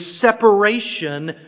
separation